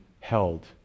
held